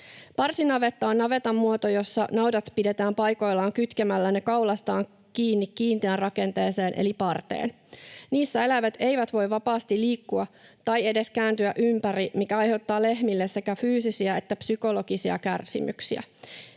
Parsinavetta on navetan muoto, jossa naudat pidetään paikoillaan kytkemällä ne kaulastaan kiinni kiinteään rakenteeseen eli parteen. Niissä eläimet eivät voi vapaasti liikkua tai edes kääntyä ympäri, mikä aiheuttaa lehmille sekä fyysisiä että psykologisia kärsimyksiä.